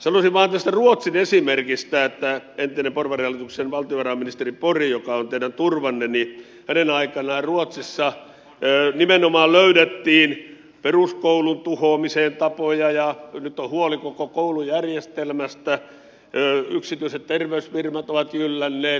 sanoisin vain tästä ruotsin esimerkistä että entisen porvarihallituksen valtiovarainministerin borgin aikana joka on teidän turvanne ruotsissa nimenomaan löydettiin peruskoulun tuhoamiseen tapoja ja nyt on huoli koko koulujärjestelmästä yksityiset terveysfirmat ovat jyllänneet